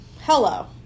hello